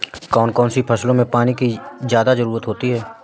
कौन कौन सी फसलों में पानी की ज्यादा ज़रुरत होती है?